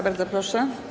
Bardzo proszę.